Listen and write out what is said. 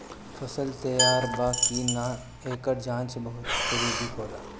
फसल तैयार बा कि ना, एकर जाँच बहुत जरूरी होला